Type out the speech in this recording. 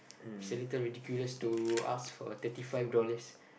it's a little ridiculous to ask for a thirty five dollars